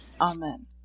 Amen